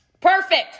Perfect